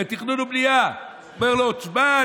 בתכנון ובנייה אומרים לו: שמע,